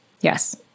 Yes